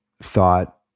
thought